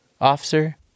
officer